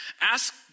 ask